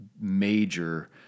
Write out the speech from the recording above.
major